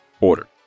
order